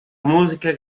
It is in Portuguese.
música